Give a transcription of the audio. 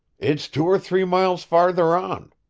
it's two or three miles farther on.